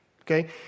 Okay